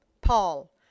Paul